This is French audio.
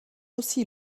aussi